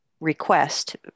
request